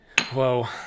whoa